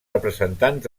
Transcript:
representants